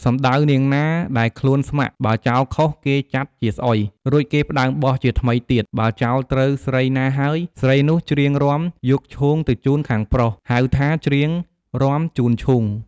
សំដៅនាងណាដែលខ្លួនស្ម័គ្រ បើចោលខុសគេចាត់ជាស្អុយ រួចគេផ្តើមបោះ ជាថ្មីទៀត បើចោលត្រូវស្រីណាហើយ ស្រីនោះច្រៀងរាំយកឈូងទៅជូនខាងប្រុស ហៅថាច្រៀងរាំជូនឈូង។